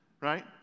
right